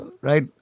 right